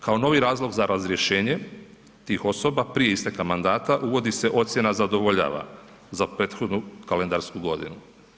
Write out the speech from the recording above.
Kao novi razlog za razrješenje tih osoba prije isteka mandata uvodi se ocjena zadovoljava za prethodnu kalendarsku godinu.